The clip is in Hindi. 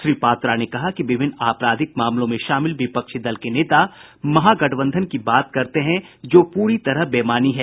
श्री पात्रा ने कहा कि विभिन्न आपराधिक मामलों में शामिल विपक्षी दल के नेता महागठबंधन की बात करते हैं जो पूरी तरह बेमानी है